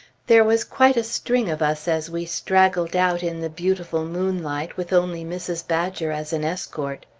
there was quite a string of us as we straggled out in the beautiful moonlight, with only mrs. badger as an escort.